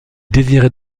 désirait